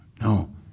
No